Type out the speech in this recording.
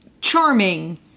charming